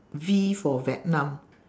V for vietnam